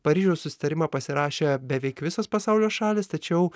paryžiaus susitarimą pasirašė beveik visos pasaulio šalys tačiau